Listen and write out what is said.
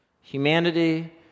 Humanity